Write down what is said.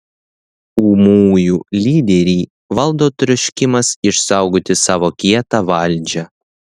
ūmųjų lyderį valdo troškimas išsaugoti savo kietą valdžią